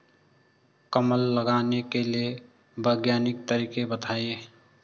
कमल लगाने के वैज्ञानिक तरीके बताएं?